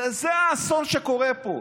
וזה האסון שקורה פה,